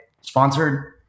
sponsored